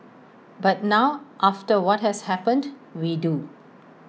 but now after what has happened we do